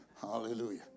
Hallelujah